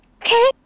Okay